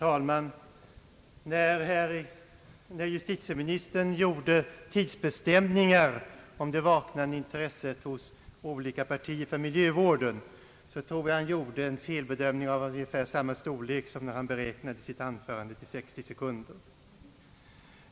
Herr talman! När justitieministern gjorde tidsbestämningar om dei vaknande intresset hos olika partier för miljövården, tror jag att han gjorde en felbedömning av ungefär samma storlek som när han beräknade sitt anförande till 60 sekunder.